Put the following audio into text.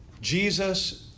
Jesus